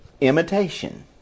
imitation